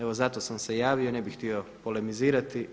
Evo zato sam se javio i ne bih htio polemizirati.